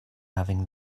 having